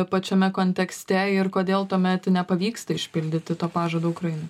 pačiame kontekste ir kodėl tuomet nepavyksta išpildyti to pažado ukrainai